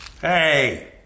Hey